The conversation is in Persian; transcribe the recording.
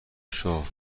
شاه